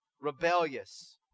rebellious